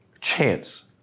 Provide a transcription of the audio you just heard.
chance